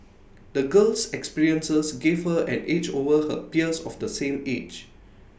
the girl's experiences gave her an edge over her peers of the same age